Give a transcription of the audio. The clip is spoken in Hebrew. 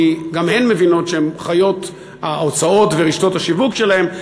כי גם הן מבינות ההוצאות ורשתות השיווק שלהן,